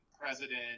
president